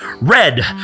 Red